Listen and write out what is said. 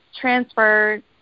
transferred